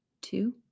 two